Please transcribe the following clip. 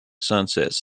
sunsets